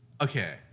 okay